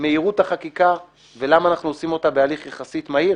מהירות החקיקה ולמה אנחנו עושים אותה בהליך יחסית מהיר,